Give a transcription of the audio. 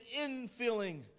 infilling